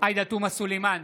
עאידה תומא סלימאן,